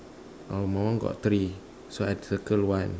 oh my one got three so I circle one